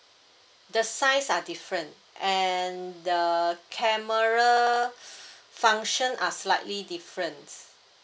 the size are different and the camera function are slightly difference